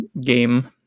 game